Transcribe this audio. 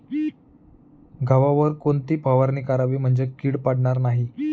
गव्हावर कोणती फवारणी करावी म्हणजे कीड पडणार नाही?